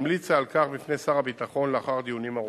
המליצה על כך בפני שר הביטחון לאחר דיונים ארוכים.